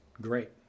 great